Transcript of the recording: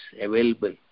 available